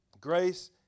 Grace